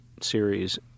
series